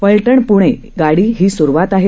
फलटण पुणे गाडी ही सुरुवात आहे